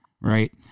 Right